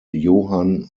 johann